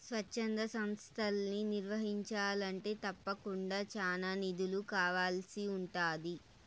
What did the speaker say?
స్వచ్ఛంద సంస్తలని నిర్వహించాలంటే తప్పకుండా చానా నిధులు కావాల్సి ఉంటాది